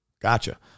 Gotcha